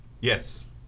Yes